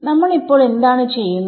നമ്മൾ ഇപ്പോൾ എന്താണ് ചെയ്യുന്നത്